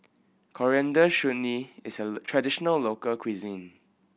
Coriander Chutney is a traditional local cuisine